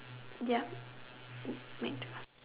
ya